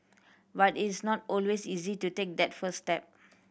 but it's not always easy to take that first step